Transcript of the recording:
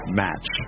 match